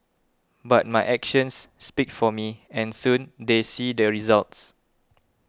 but my actions speak for me and soon they see their results